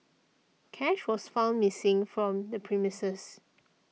cash was found missing from the premises